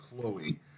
Chloe